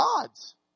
gods